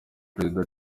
perezida